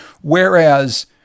whereas